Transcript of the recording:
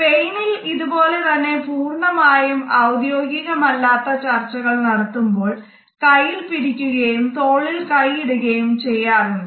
സ്പെയിനിൽ ഇതുപോലെ തന്നെ പൂർണ്ണമായും ഔദ്യോഗികമല്ലാത്ത ചർച്ചകൾ നടത്തുമ്പോൾ കയ്യിൽ പിടിക്കുകയും തോളിൽ കയ്യിടുകയും ചെയ്യാറുണ്ട്